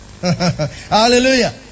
Hallelujah